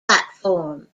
platform